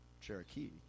Cherokee